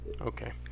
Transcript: Okay